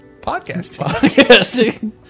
Podcasting